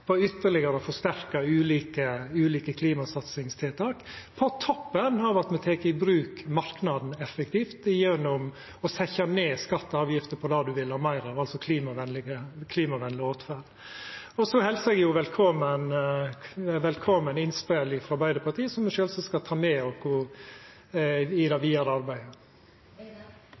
ytterlegare å forsterka ulike klimasatsingstiltak, på toppen av at me tek i bruk marknaden effektivt gjennom å setja ned skattar og avgifter på det me vil ha meir av, altså klimavenleg åtferd. Så helsar eg velkomen innspel frå Arbeidarpartiet, som me sjølvsagt skal ta med oss i det vidare arbeidet.